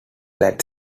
that